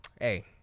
Hey